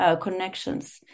connections